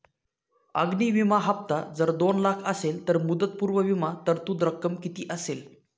अग्नि विमा हफ्ता जर दोन लाख असेल तर मुदतपूर्व विमा तरतूद रक्कम किती असेल?